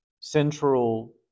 central